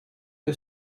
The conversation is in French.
que